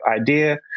idea